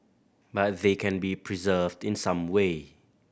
but they can be preserved in some way